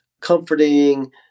comforting